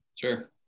sure